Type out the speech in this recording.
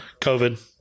COVID